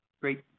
Great